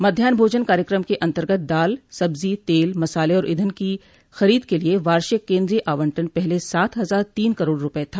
मध्याहन भोजन कार्यक्रम के अंतर्गत दाल सब्जी तेल मसाले और ईंधन की खरीद के लिए वार्षिक केंद्रीय आवंटन पहले सात हजार तीन करोड़ रुपये था